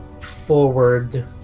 forward